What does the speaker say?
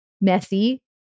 messy